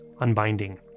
unbinding